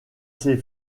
ses